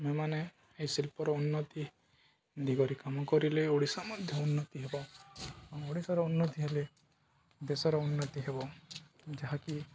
ଆମେମାନେ ଏହି ଶିଳ୍ପର ଉନ୍ନତି ଦିଗରେ କାମ କରିଲେ ଓଡ଼ିଶା ମଧ୍ୟ ଉନ୍ନତି ହେବ ଓଡ଼ିଶାର ଉନ୍ନତି ହେଲେ ଦେଶର ଉନ୍ନତି ହେବ ଯାହାକି